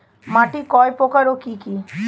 মাটি কয় প্রকার ও কি কি?